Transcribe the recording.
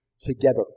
together